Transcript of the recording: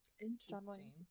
Interesting